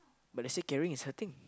but they say caring is hurting